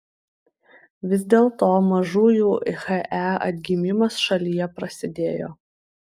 vis dėlto mažųjų he atgimimas šalyje prasidėjo